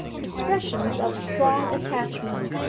expressions of strong attachment,